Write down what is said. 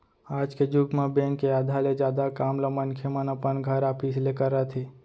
आज के जुग म बेंक के आधा ले जादा काम ल मनखे मन अपन घर, ऑफिस ले करत हे